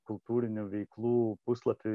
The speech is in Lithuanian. kultūrinių veiklų puslapy